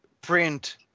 print